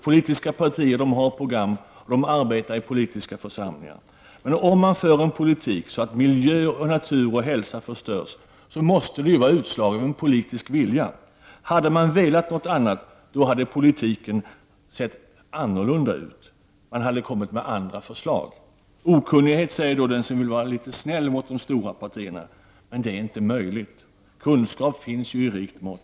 Politiska partier har program, och de arbetar i politiska församlingar. Om man för en politik som innebär att miljö, natur och hälsa förstörs, måste det ju vara ett utslag av en politisk vilja. Om man hade velat något annat, hade politiken sett annorlunda ut. Man hade kommit med andra förslag. Den som vill vara litet snäll mot de stora partierna säger då att detta beror på okunnighet. Men det är inte möjligt; kunskap finns ju i rikt mått.